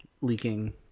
leaking